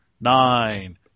nine